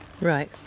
Right